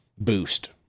Boost